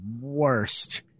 worst